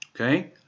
okay